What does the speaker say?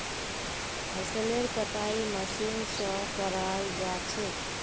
फसलेर कटाई मशीन स कराल जा छेक